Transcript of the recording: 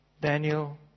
Daniel